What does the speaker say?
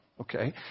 Okay